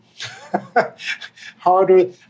Harder